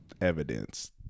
evidence